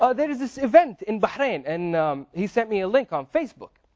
ah there is this event in bahrain. and he send me a link on facebook.